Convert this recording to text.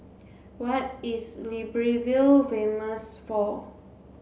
what is Libreville famous for